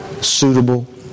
suitable